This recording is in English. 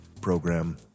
program